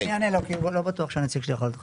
אני אענה לו כי לא בטוח שהנציג שלי יכול לענות לך.